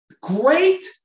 Great